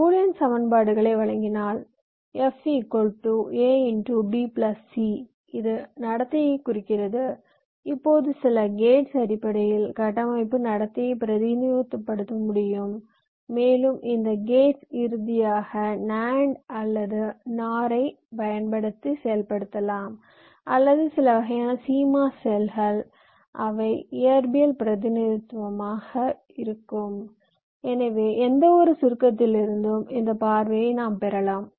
சில பூலியன் சமன்பாடுகளை வழங்கினால் f a b c இது நடத்தை குறிக்கிறது இப்போது சில கேட்ஸ் அடிப்படையில் கட்டமைப்பு நடத்தையை பிரதிநிதித்துவப்படுத்த முடியும் மேலும் இந்த கேட்ஸ் இறுதியாக நான்ட் அல்லது நார்ஐப் பயன்படுத்தி செயல்படுத்தலாம் அல்லது சில வகையான சீமாஸ் செல்கள் அவை இயற்பியல் பிரதிநிதித்துவமாக இருக்கும் எனவே எந்தவொரு சுருக்கத்திலிருந்தும் இந்த பார்வையை நாம் பெறலாம்